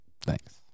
Thanks